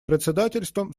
председательством